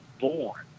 born